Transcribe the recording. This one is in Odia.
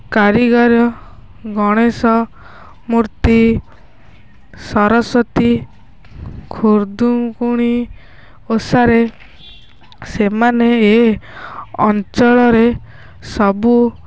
କାରିଗର ଗଣେଶ ମୂର୍ତ୍ତି ସରସ୍ଵତୀ ଖୁଦୁରୁକୁଣି ଓଷାରେ ସେମାନେ ଏ ଅଞ୍ଚଳରେ ସବୁ